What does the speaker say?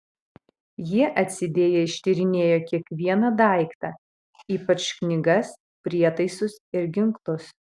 jie atsidėję ištyrinėjo kiekvieną daiktą ypač knygas prietaisus ir ginklus